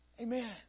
Amen